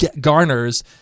garners